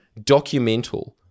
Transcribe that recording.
Documental